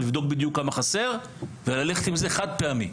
לבדוק בדיוק כמה חסר וללכת עם זה באופן חד-פעמי,